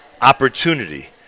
opportunity